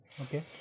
Okay